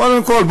קודם כול,